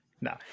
no